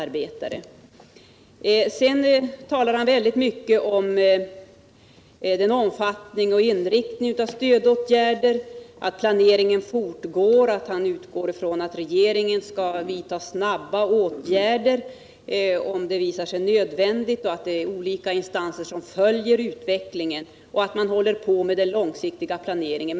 Sten Svensson talar också mycket om omfattningen och inriktningen av stödåtgärderna, att planeringen fortgår, att han utgår ifrån att regeringen skall vidta snabba åtgärder om det visar sig nödvändigt, att olika instanser följer utvecklingen och att man håller på med den långsiktiga planeringen.